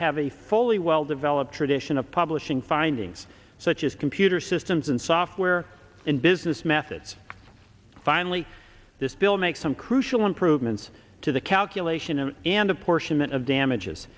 have a fully well developed tradition of publishing findings such as computer systems and software in business methods finally this bill makes some crucial improvements to the calculation and apportionment of damages